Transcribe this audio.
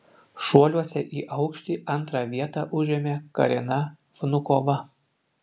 šuoliuose į aukštį antrą vietą užėmė karina vnukova